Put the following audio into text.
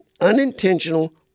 unintentional